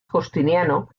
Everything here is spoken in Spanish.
justiniano